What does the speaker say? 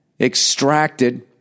extracted